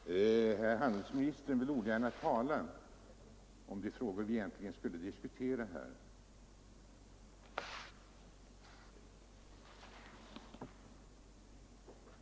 Herr talman! Herr handelsministern vill ogärna tala om de frågor vi egentligen skulle diskutera här.